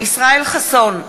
ישראל חסון,